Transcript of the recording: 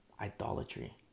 Idolatry